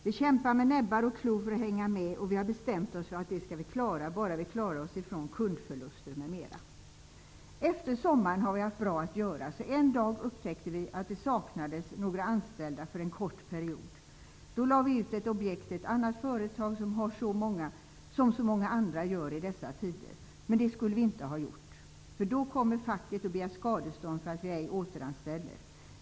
Vi kämpar med näbbar och klor för att hänga med, och vi har bestämt oss för att det ska vi klara, bara vi klarar oss från kundförluster m.m. Efter sommaren har vi haft bra att göra. Så en dag upptäckte vi att det saknades några anställda för en kort period. Då lade vi ut ett objekt till ett annat företag, som så många andra gör i dessa tider, men det skulle vi inte ha gjort, för då kommer facket och begär skadestånd för att vi ej återanställer.